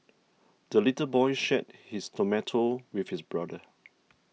the little boy shared his tomato with his brother